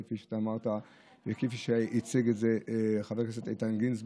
כפי שאתה אמרת וכפי שהציג את זה חבר הכנסת איתן גינזבורג,